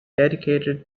dedicated